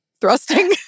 thrusting